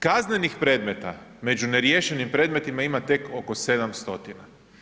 Kaznenih predmeta među neriješenim predmetima ima tek oko 700.